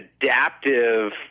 adaptive